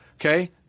okay